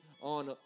on